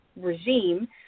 regime